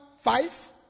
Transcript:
five